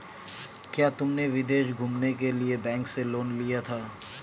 क्या तुमने विदेश घूमने के लिए बैंक से लोन लिया था?